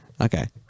Okay